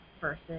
versus